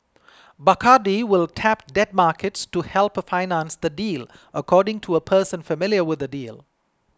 Bacardi will tap debt markets to help for finance the deal according to a person familiar with the deal